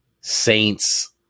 Saints